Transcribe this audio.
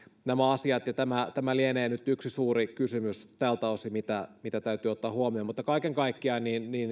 nämä asiat tämä tämä lienee nyt yksi suuri kysymys tältä osin mitä mitä täytyy ottaa huomioon mutta kaiken kaikkiaan